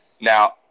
Now